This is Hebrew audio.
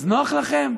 אז נוח לכם,